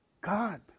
God